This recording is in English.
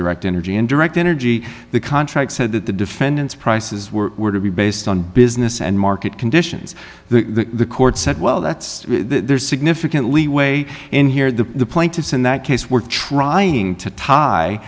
direct energy in direct energy the contract said that the defendants prices were to be based on business and market conditions the court said well that's there's significant leeway in here the plaintiffs in that case were trying to tie